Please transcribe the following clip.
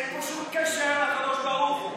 אין פה שום קשר לקדוש ברוך הוא,